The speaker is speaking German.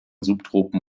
subtropen